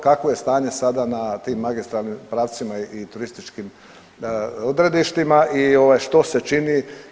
Kakvo je stanje sada na tim magistralnim pravcima i turističkim odredištima i što se čini?